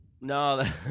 No